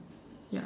ya